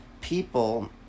people